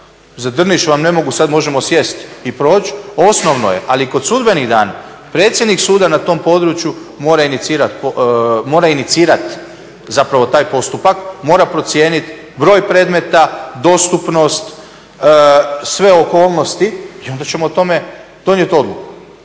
za Drniš vam ne mogu, sada možemo sjesti i proći, osnovno je, ali kod sudbenih dana, predsjednik suda na tom području mora inicirati zapravo taj postupak, mora procijeniti broj predmeta, dostupnost, sve okolnosti i onda ćemo o tome donijeti odluku.